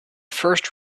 first